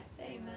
Amen